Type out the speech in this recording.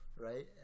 right